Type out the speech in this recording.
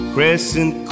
Crescent